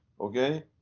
Okay